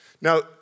Now